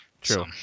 true